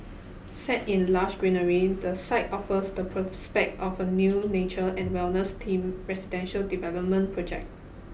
set in lush greenery the site offers the prospect of a new nature and wellness team residential development project